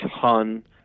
ton